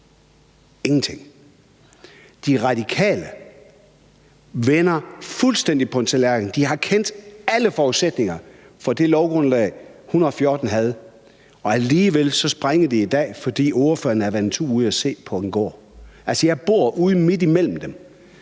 Ingenting. De Radikale vender fuldstændig på en tallerken; de har kendt alle forudsætninger for det lovgrundlag, som L 114 havde, og alligevel springer de fra i dag, fordi ordføreren har været en tur ude at se på en gård. Altså, jeg bor ude midt imellem dem